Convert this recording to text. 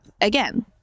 again